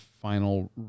final